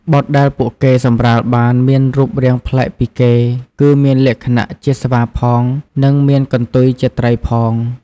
បុត្រដែលពួកគេសម្រាលបានមានរូបរាងប្លែកពីគេគឺមានលក្ខណៈជាស្វាផង និងមានកន្ទុយជាត្រីផង។